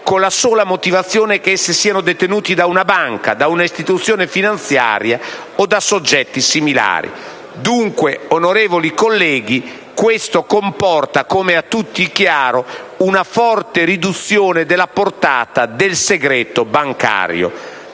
con la sola motivazione che esse siano detenute da una banca, da un'istituzione finanziaria o da soggetti similari. Dunque, onorevoli colleghi, questo comporta, come è a tutti chiaro, una forte riduzione della portata del segreto bancario.